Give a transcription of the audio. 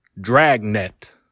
Dragnet